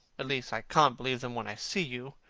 least, i can't believe them when i see you.